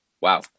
wow